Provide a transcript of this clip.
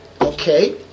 Okay